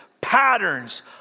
patterns